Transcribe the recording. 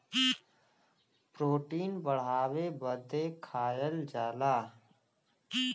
protein बढ़ावे बदे खाएल जाला